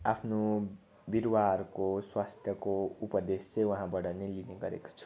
आफ्नो बिरुवाहरूको स्वास्थ्यको उपदेश चाहिँ उहाँबाट नै लिने गरेको छु